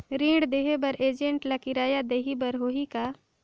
ऋण देहे बर एजेंट ला किराया देही बर होही का?